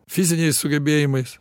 fiziniais sugebėjimais